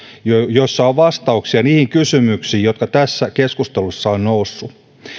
joissa on vastauksia niihin kysymyksiin jotka tässä keskustelussa ovat nousseet